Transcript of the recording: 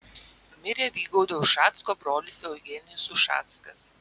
mirė vygaudo ušacko brolis eugenijus ušackas